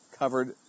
Covered